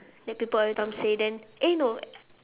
like people every time say then eh no